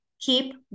keep